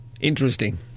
Interesting